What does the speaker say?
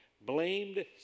blamed